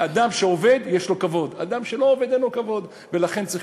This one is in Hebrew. אדם שעובד יש לו כבוד, אדם שלא עובד אין לו כבוד.